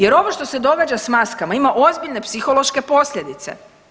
Jer ovo što se događa s maskama ima ozbiljne psihološke posljedice.